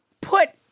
put